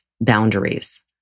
boundaries